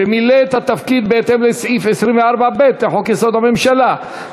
שמילא את התפקיד בהתאם לסעיף 24(ב) לחוק-יסוד: הממשלה,